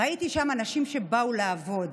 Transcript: ראיתי שם אנשים שבאו לעבוד.